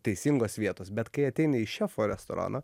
teisingos vietos bet kai ateini į šefo restoraną